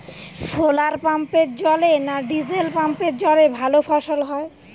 শোলার পাম্পের জলে না ডিজেল পাম্পের জলে ভালো ফসল হয়?